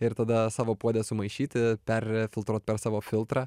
ir tada savo puode sumaišyti perfiltruot per savo filtrą